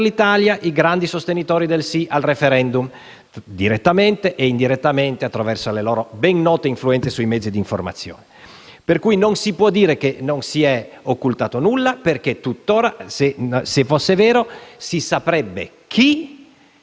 l'Italia, i grandi sostenitori del sì al *referendum*, sia direttamente, sia indirettamente, attraverso le loro ben note influenze sui mezzi di informazione. Pertanto, non si può dire che non si è occultato nulla, perché tuttora, se fosse vero, si saprebbe chi,